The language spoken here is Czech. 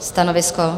Stanovisko?